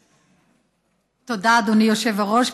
תודה, אדוני היושב-ראש.